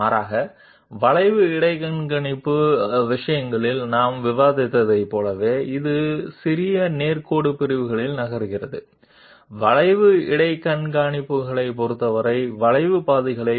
cutter ఈ వైపు నుండి ఆ వైపుకు కదులుతున్నప్పుడు ఖచ్చితంగా నిరంతర వంపులో కదలదు బదులుగా కర్వీ లీనియర్ ఇంటర్పోలేటర్ విషయంలో మనం చర్చించినట్లుగా ఇది చిన్న స్ట్రెయిట్ లైన్ సెగ్మెంట్ లలో కదులుతుంది